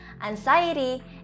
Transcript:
anxiety